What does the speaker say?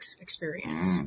experience